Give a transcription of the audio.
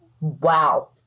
Wow